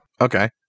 Okay